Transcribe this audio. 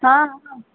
हाँ हाँ